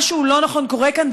משהו לא נכון קורה כאן,